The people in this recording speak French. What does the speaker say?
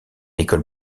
école